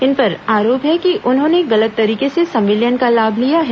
इन पर आरोप है कि उन्होंने गलत तरीके से संविलियन का लाभ लिया है